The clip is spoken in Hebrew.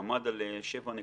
עמד על 7.9%,